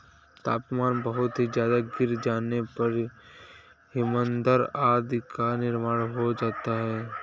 तापमान बहुत ही ज्यादा गिर जाने पर हिमनद आदि का निर्माण हो जाता है